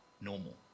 normal